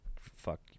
fuck